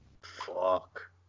Fuck